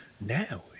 now